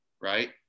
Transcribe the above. right